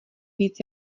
víc